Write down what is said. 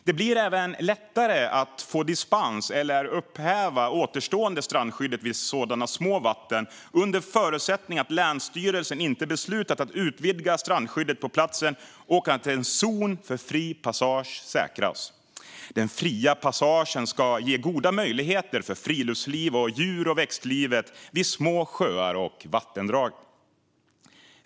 Det blir även lättare att få dispens eller upphäva det återstående strandskyddet vid sådana små vatten, under förutsättning att länsstyrelsen inte beslutat att utvidga strandskyddet på platsen och att en zon för fri passage säkras. Den fria passagen ska ge goda möjligheter för friluftsliv och för djur och växtlivet vid små sjöar och vattendrag.